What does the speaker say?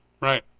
right